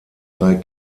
drei